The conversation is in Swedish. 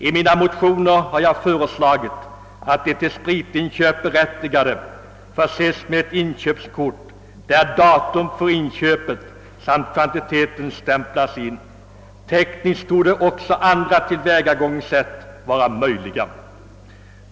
I mina motioner har jag föreslagit att de till spritinköp berättigade förses med ett inköpskort där datum för inköpet samt kvantiteten stämplas in. Tekniskt torde också and ra tillvägagångssätt vara möjliga.